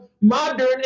modern